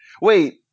wait